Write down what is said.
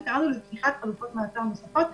וקראנו לפתיחת חלופות מעצר נוספות.